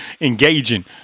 engaging